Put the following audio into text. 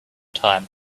time